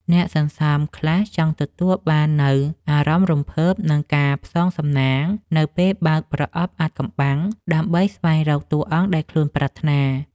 អ្នកសន្សំខ្លះចង់ទទួលបាននូវអារម្មណ៍រំភើប និងការផ្សងសំណាងនៅពេលបើកប្រអប់អាថ៌កំបាំង ដើម្បីស្វែងរកតួអង្គដែលខ្លួនប្រាថ្នា។